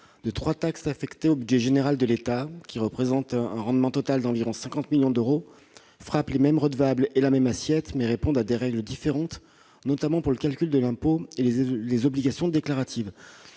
de trois taxes affectées au budget général de l'État. Ces trois taxes présentent un rendement total d'environ 50 millions d'euros et frappent les mêmes redevables avec une même assiette, mais elles répondent à des règles différentes, notamment pour le calcul de l'impôt et les obligations déclaratives